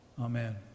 amen